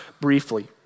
briefly